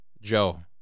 Joe